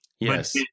Yes